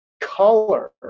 color